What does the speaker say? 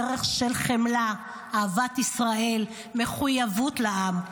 דרך של חמלה, אהבת ישראל, מחויבות לעם.